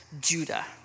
Judah